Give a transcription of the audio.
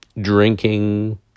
Drinking